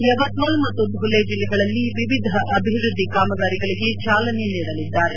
ಯವತ್ಮಲ್ ಮತ್ತು ಧುಲೆ ಜಿಲ್ಲೆಗಳಲ್ಲಿ ವಿವಿಧ ಅಭಿವೃದ್ಧಿ ಕಾಮಗಾರಿಗಳಿಗೆ ಚಾಲನೆ ನೀಡಲಿದ್ದಾರೆ